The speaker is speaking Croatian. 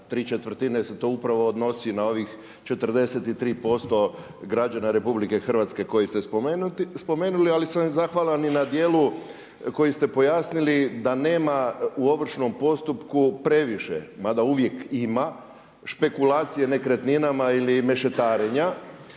tri četvrtine se to upravo odnosi na ovih 43% građana Republike Hrvatske koji ste spomenuli. Ali sam i zahvalan i na dijelu koji ste pojasnili da nema u ovršnom postupku previše, mada uvijek ima špekulacije nekretninama ili mešetarenja.